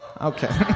Okay